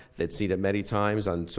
they had seen it many times on, so